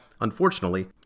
unfortunately